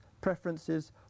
preferences